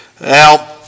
Now